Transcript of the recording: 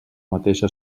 mateixa